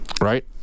Right